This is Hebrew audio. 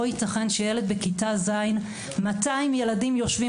לא ייתכן שילד בכיתה ז' 200 ילדים יושבים